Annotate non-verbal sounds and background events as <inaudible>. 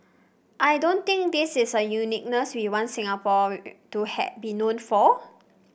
I don't think this is a uniqueness we want Singapore to <unintelligible> be known for